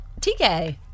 TK